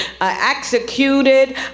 executed